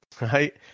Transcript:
right